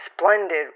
splendid